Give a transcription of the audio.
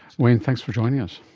wayne, thanks for joining us.